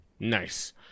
Nice